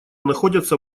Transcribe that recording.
находятся